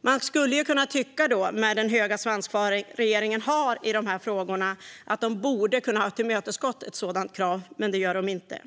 Man skulle kunna tycka att regeringen, med den höga svansföring som man har i de här frågorna, borde ha kunnat tillmötesgå ett sådant krav. Men det gör man inte.